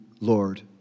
Lord